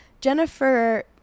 Jennifer